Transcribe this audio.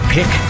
Pick